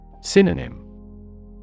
Synonym